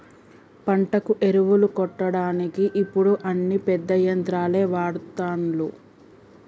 పంటకు ఎరువులు కొట్టడానికి ఇప్పుడు అన్ని పెద్ద యంత్రాలనే వాడ్తాన్లు